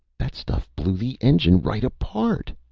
that stuff blew the engine right apart.